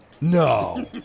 No